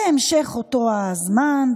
בהמשך אותו הזמן,